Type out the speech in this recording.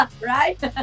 right